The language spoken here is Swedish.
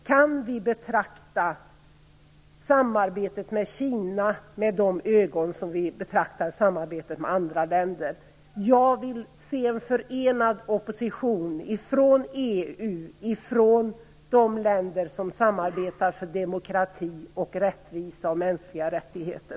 Kan vi betrakta samarbetet med Kina med samma ögon som vi betraktar samarbetet med andra länder? Jag vill se en förenad opposition ifrån EU och de länder som samarbetar för demokrati, rättvisa och mänskliga rättigheter.